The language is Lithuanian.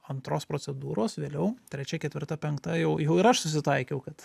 antros procedūros vėliau trečia ketvirta penkta jau jau ir aš susitaikiau kad